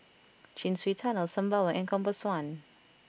Chin Swee Tunnel Sembawang and Compass One